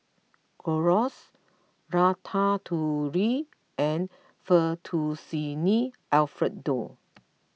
Gyros Ratatouille and Fettuccine Alfredo